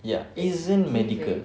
ya isn't medical